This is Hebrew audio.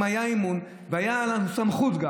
אם היה אמון והייתה לנו גם סמכות,